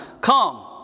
Come